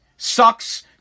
sucks